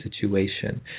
situation